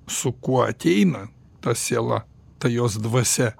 su kuo ateina ta siela ta jos dvasia